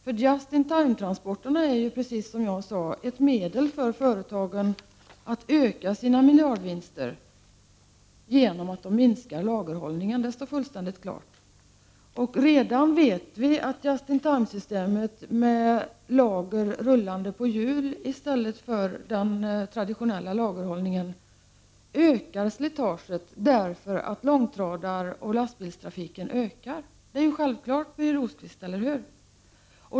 ”Just in time”-transporterna är, som jag sagt, ett medel för företagen att öka sina miljardvinster, eftersom de genom dessa kan minska lagerhållningen. Vi vet redan att ”just in time”-systemet med lager rullande på hjul i stället för den traditionella lagerhållningen ökar slitaget på grund av att långtradaroch lastbilstrafiken ökar. Det är självklart, Birger Rosqvist, eller hur?